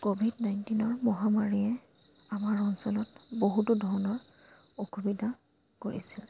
Covid নাইণ্টিনৰ মহামাৰীয়ে আমাৰ অঞ্চলত বহুতো ধৰণৰ অসুবিধা কৰিছিল